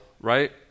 right